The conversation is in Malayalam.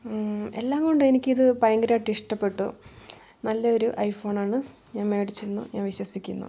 എല്ലാം കൊണ്ട് എനിക്കിത് ഭയങ്കരമായിട്ട് ഇഷ്ട്ടപ്പെട്ടു നല്ലെയൊരു ഐ ഫോണാണ് ഞാൻ മേടിച്ചിരുന്നതെന്ന് വിശ്വസിക്കുന്നു